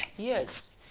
Yes